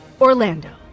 Orlando